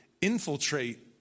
infiltrate